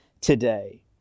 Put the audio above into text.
today